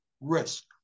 risk